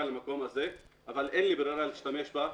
למקום הזה אבל אין לי ברירה אלא להשתמש בה.